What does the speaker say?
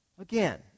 again